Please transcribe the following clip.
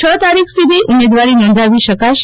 છ તારીખ સુધી ઉમેદવારી નોધાવી શકશે